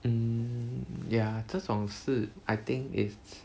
um ya 这种事 I think is